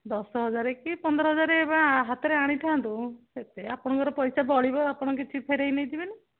ଦଶ ହଜାର କି ପନ୍ଦର ହଜାର ବା ହାତରେ ଆଣିଥାନ୍ତୁ ସେତେ ଆପଣଙ୍କର ପଇସା ବଳିବ ଆପଣ କିଛି ଫେରେଇ ନେଇଯିବେନି